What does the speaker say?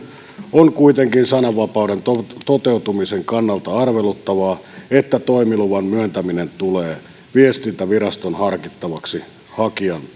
on kuitenkin sananvapauden toteutumisen kannalta arveluttavaa että toimiluvan myöntäminen tulee viestintäviraston harkittavaksi hakijan